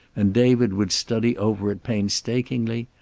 and david would study over it painstakingly,